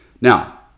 Now